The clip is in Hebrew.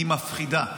היא מפחידה.